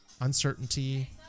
uncertainty